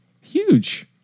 Huge